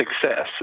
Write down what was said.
success